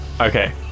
Okay